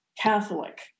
Catholic